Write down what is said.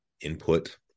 input